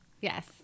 Yes